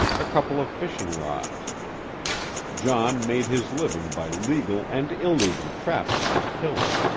a couple of fishing-rods john made his living by legal and illegal trapping and killing.